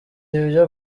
ibyo